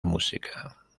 música